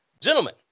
Gentlemen